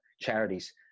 charities